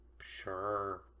Sure